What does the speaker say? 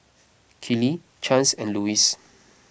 Kellee Chance and Louis